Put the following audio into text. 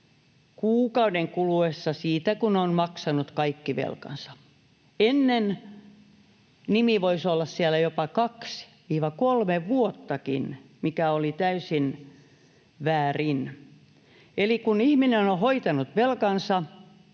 kuukauden kuluessa siitä, kun on maksanut kaikki velkansa. Ennen nimi oli voinut olla siellä jopa kaksi kolme vuottakin, mikä oli täysin väärin. Eli kun ihminen on hoitanut velkansa,